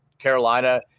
Carolina